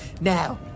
Now